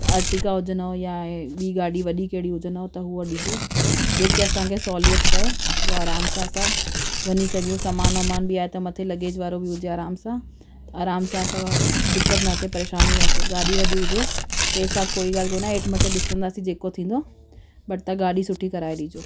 त अर्टिका हुजनि या बि गाॾी वॾी कहिड़ी हुजंदो त हुआ ॾिजो जेके असांखे सहुलियत पए हुआ आराम सां असां वञी सघियूं सामान वमान बि आहे त मथे लगेज वारो बि हुजे आराम सां आराम सां असां दिक़त न थिए परेशानी न थिए गाॾी वॾी हुजे पैसा कोई ॻाल्हि कोन्हे हेठि मथे ॾिसंदासीं जेको थींदो बट त गाॾी सुठी कराए ॾिजो